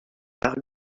par